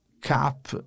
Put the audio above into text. cap